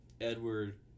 Edward